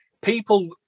people